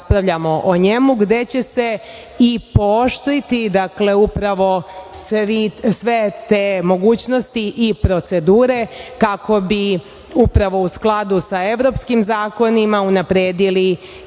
raspravljamo o njemu, gde će se i pooštriti upravo sve te mogućnosti i procedure kako bi upravo u skladu sa evropskim zakonima unapredili